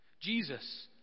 Jesus